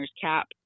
cap